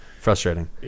Frustrating